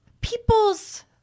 people's